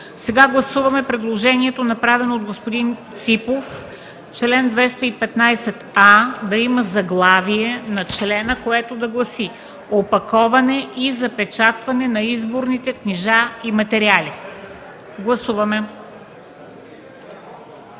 Гласуваме предложението, направено от господин Ципов – чл. 215а да има заглавие, което да гласи: „Опаковане и запечатване на изборните книжа и материали”. Гласували